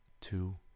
two